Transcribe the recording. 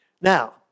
Now